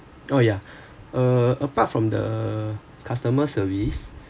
oh yeah uh apart from the customer service